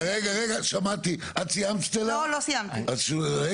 לא סיימתי.